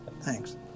thanks